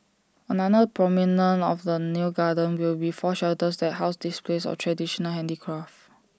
another prominent of the new garden will be four shelters that house displays of traditional handicraft